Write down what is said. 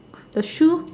the shoe